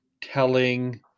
telling